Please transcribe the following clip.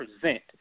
present